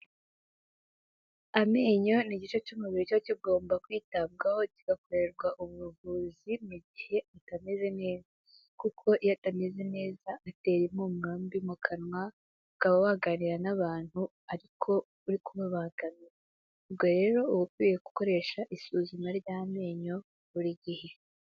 Amenyo ni igice cy'umubiri cyiba kigomba kwitabwaho kigakorerwa ubuvuzi mu gihe atameze neza; kuko iyo atameze neza atera impumuro mbi mu kanwa, ukaba waganira n'abantu ariko uri kubabangamira. Ubwo rero uba ukwiye gukoresha isuzuma ry'amenyo buri gihe.